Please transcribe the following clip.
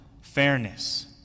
fairness